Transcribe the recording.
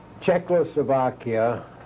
Czechoslovakia